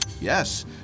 Yes